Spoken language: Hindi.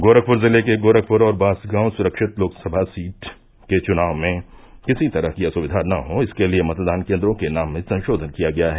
गोरखपुर जिले के गोरखपुर और बांसगांव सुरक्षित लोकसभा सीट के चुनाव में किसी तरह की असुविधा न हो इसके लिये मतदान केन्द्रों के नाम में संशोधन किया गया है